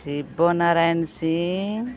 Shivnarayan Singh